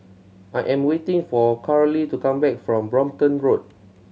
I am waiting for Charly to come back from Brompton Road